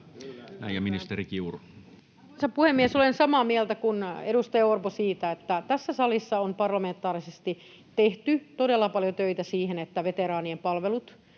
Content: Arvoisa puhemies! Olen samaa mieltä kuin edustaja Orpo siitä, että tässä salissa on parlamentaarisesti tehty todella paljon töitä, että invalidien ja veteraanien palvelut